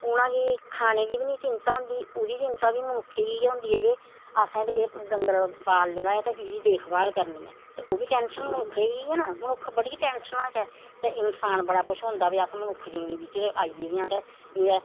उ'नेंगी खाने दी बी नी चिंता होंदी ओह्दी चिंता बी मनुक्खै गी गै होंदी ऐ ते असें ते एह् डंगर पाले ऐ ते एह्दी देखभाल करनी ऐ ते ओह् बी टैंशन मनुक्ख गी ऐ ना मनुक्ख बड़ी टैंशन च ऐ ते इंसान बड़ा पसोंदा भाई अस मनुक्खी जूनै बिच्च आई गेदे आं ते एह्